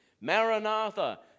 Maranatha